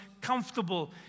comfortable